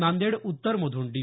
नांदेड उत्तरमधून डी